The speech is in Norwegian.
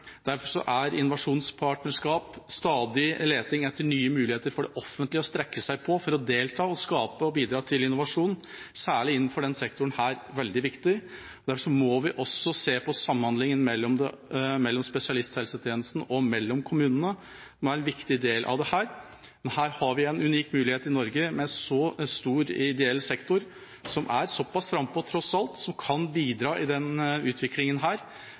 Derfor er innovasjonspartnerskap, stadig leting etter nye muligheter for at det offentlige kan strekke seg for å delta i, skape og bidra til innovasjon, særlig innenfor denne sektoren, veldig viktig. Derfor må vi også se på samhandling mellom spesialisthelsetjenesten og kommunene, som tross alt er en viktig del av dette. Her har vi en unik mulighet i Norge, med så stor ideell sektor, som er såpass frampå tross alt, som kan bidra i denne utviklingen.